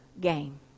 game